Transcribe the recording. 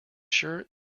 sure